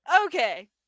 Okay